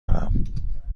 دارم